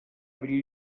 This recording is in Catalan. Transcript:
bell